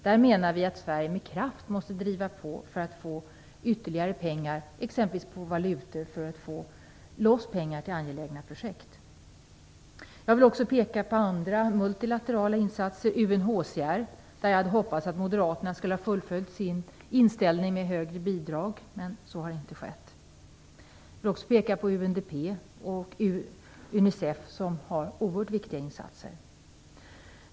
Vi menar att Sverige med kraft måste driva på för att få loss ytterligare pengar till angelägna projekt. Det finns också andra multilaterala insatser. Jag hade hoppats att Moderaterna skulle ha fullföljt sin inställning och föreslagit högre bidrag när det gäller UNHCR, men så har inte skett. UNDP och Unicef gör också oerhört viktiga insatser.